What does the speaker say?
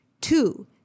Two